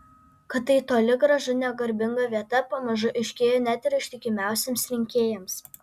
kad tai toli gražu ne garbinga vieta pamažu aiškėja net ir ištikimiausiems rinkėjams